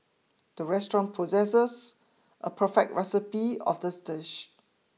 the restaurant possesses a perfect recipe of this dish